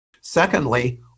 Secondly